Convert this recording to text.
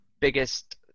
biggest